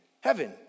heaven